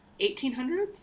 1800s